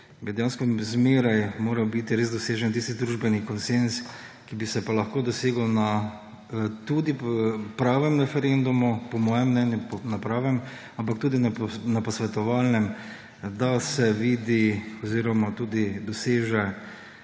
bi dejansko zmeraj moral biti res dosežen tisti družbeni konsenz, ki bi se lahko dosegel tudi na praven referendumu – po mojem mnenju, na pravem −, ampak tudi na posvetovalnem, da se vidi oziroma tudi doseže